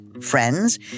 friends